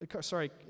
Sorry